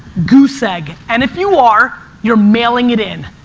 goose egg. and if you are, you're mailing it in.